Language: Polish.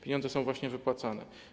Pieniądze są właśnie wypłacane.